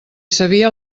sabia